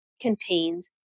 contains